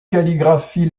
calligraphie